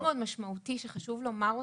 מאוד משמעותי שחשוב לומר אותו,